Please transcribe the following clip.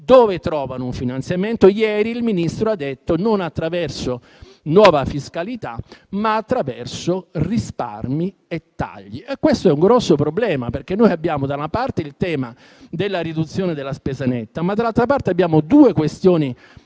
le altre misure. Ieri il Ministro ha detto: non attraverso nuova fiscalità, ma attraverso risparmi e tagli. Questo è un grosso problema, perché noi abbiamo, da una parte, il tema della riduzione della spesa netta, ma dall'altra parte abbiamo due questioni